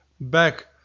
back